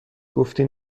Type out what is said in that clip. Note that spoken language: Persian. گفتی